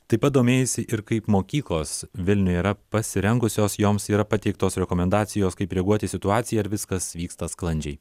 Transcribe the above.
taip pat domėjaisi ir kaip mokyklos vilniuje yra pasirengusios joms yra pateiktos rekomendacijos kaip reaguoti į situaciją ar viskas vyksta sklandžiai